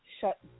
shut